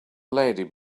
lady